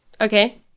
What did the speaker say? Okay